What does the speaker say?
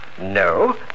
No